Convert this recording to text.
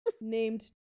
named